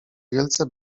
wielce